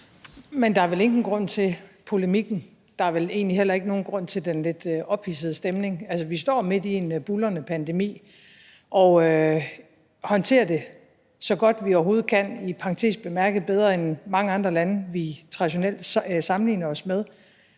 Men der er vel ingen grund til polemikken. Der er vel egentlig heller ingen grund til den lidt ophidsede stemning. Vi står midt i en buldrende pandemi og håndterer det så godt, vi overhovedet kan – i parentes bemærket bedre end mange andre lande, vi traditionelt sammenligner os med.